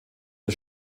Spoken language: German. der